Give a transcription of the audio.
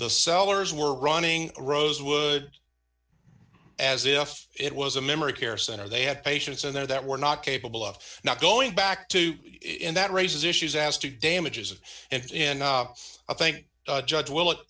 the sellers were running rosewood as if it was a memory care center they had patients in there that were not capable of not going back to him that raises issues as to damages and enough i think judge will it